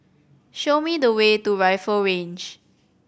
show me the way to Rifle Range